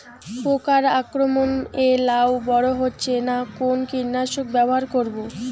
পোকার আক্রমণ এ লাউ বড় হচ্ছে না কোন কীটনাশক ব্যবহার করব?